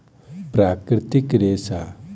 प्राकृतिक रेशा खेनाय आ पहिरनाय दुनू मे उपयोग होइत अछि